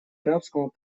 арабскому